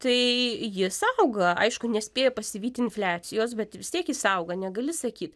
tai jis auga aišku nespėja pasivyt infliacijos bet vis tiek jis auga negali sakyt